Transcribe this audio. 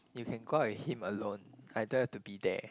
you can go out with him alone I don't have to be there